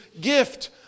gift